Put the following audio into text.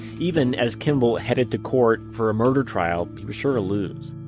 even as kimball headed to court for a murder trial he was sure to lose